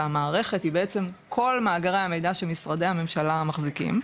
והמערכת היא בעצם כל מאגרי המידע שמשרדי הממשלה מחזיקים.